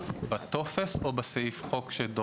בטופס או בסעיף חוק.